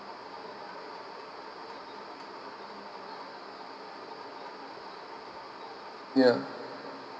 yeah